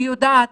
אני יודעת